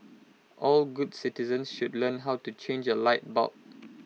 all good citizens should learn how to change A light bulb